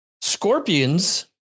Scorpions